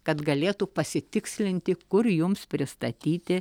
kad galėtų pasitikslinti kur jums pristatyti